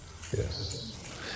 yes